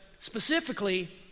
Specifically